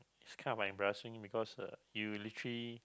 it's kind of like embarrassing because uh you literally